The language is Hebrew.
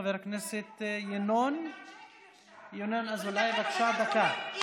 חבר הכנסת ינון אזולאי, בבקשה, דקה.